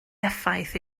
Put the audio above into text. effaith